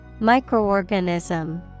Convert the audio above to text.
Microorganism